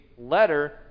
letter